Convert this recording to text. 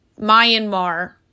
Myanmar